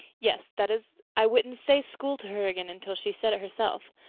yes. that is i wouldn't say school to her again until she said it herself.